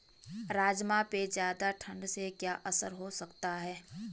राजमा पे ज़्यादा ठण्ड से क्या असर हो सकता है?